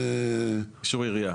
אישור עירייה.